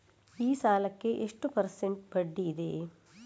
ಈ ಸಾಲಕ್ಕೆ ಎಷ್ಟು ಪರ್ಸೆಂಟ್ ಬಡ್ಡಿ ಇದೆ?